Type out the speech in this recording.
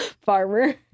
Farmer